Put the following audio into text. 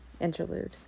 Interlude